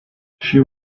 she